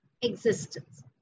existence